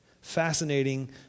fascinating